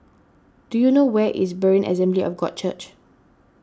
do you know where is Berean Assembly of God Church